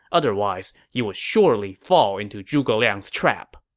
otherwise, you would surely fall into zhuge liang's trap.